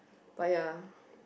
but ya